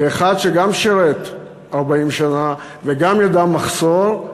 כאחד שגם שירת 40 שנה וגם ידע מחסור: